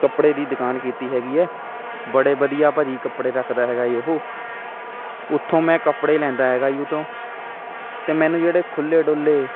ਕੱਪੜੇ ਦੀ ਦੁਕਾਨ ਕੀਤੀ ਹੈਗੀ ਹੈ ਬੜੇ ਵਧੀਆ ਭਾਅ ਜੀ ਕੱਪੜੇ ਰੱਖਦਾ ਹੈਗਾ ਹੈ ਉਹ ਉੱਥੋਂ ਮੈਂ ਕੱਪੜੇ ਲੈਂਦਾ ਹੈਗਾ ਜੀ ਉਹ ਤੋਂ ਅਤੇ ਮੈਨੂੰ ਜਿਹੜੇ ਖੁੱਲ੍ਹੇ ਡੁੱਲੇ